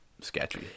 sketchy